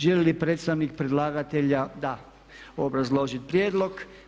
Želi li predstavnik predlagateljica obrazložit prijedlog?